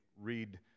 read